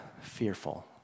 fearful